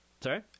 sorry